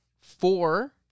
four